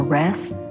rest